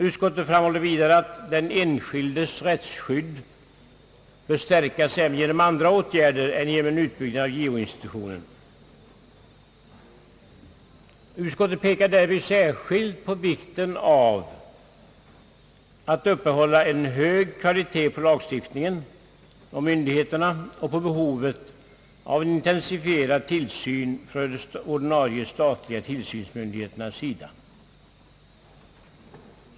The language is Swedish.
Utskottet framhåller vidare att den enskildes rättsskydd bör stärkas även genom andra åtgärder än genom en utbyggnad av JO-institutionen. Utskottet pekar därvid särskilt på vikten av att upprätthålla en hög kvalitet på lagstiftningen och myndigheterna och på berovet av en intensifierad tillsyn från de ordinarie statliga tillsynsmyndigheterna.